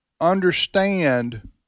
understand